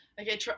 okay